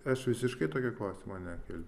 aš visiškai tokio klausimo nekeliu